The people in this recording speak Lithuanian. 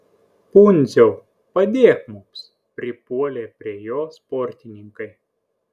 pundziau padėk mums pripuolė prie jo sportininkai